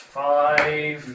five